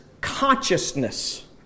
consciousness